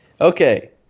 Okay